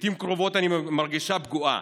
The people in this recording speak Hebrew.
לעיתים קרובות אני מרגישה פגועה,